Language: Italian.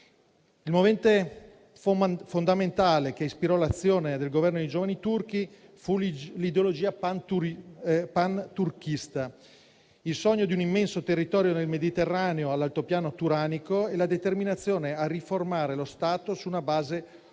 Il movente fondamentale che ispirò l'azione del Governo dei Giovani Turchi fu l'ideologia panturchista, il sogno di un immenso territorio nel Mediterraneo e nel bassopiano turanico e la determinazione a riformare lo Stato su una base